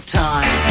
time